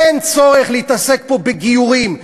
אין צורך להתעסק פה בגיורים.